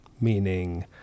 meaning